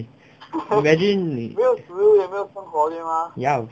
imagine 你你要